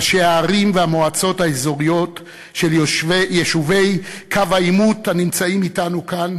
ראשי הערים והמועצות האזוריות של יישובי קו העימות הנמצאים אתנו כאן